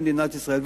במדינת ישראל.